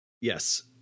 Yes